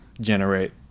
generate